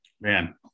man